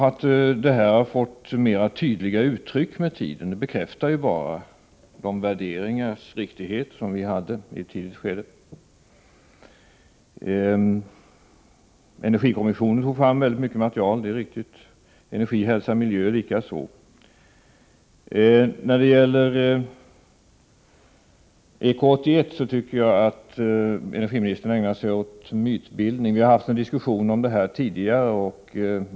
Att detta med tiden fått mera tydliga uttryck bekräftar bara riktigheten i de värderingar som vi hadei ett tidigt skede. Det är riktigt att energikommissionen tog fram mycket material, Energioch miljökommittén likaså. När det gäller EK 81 tycker jag att energiministern ägnar sig åt mytbildning. Vi har haft en diskussion om detta tidigare.